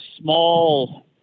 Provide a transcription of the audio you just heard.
small